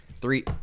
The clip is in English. Three